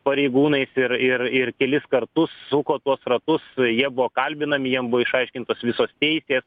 pareigūnais ir ir ir kelis kartus suko tuos ratus jie buvo kalbinami jiem buvo išaiškintos visos teisės